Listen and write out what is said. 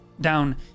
down